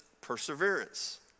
perseverance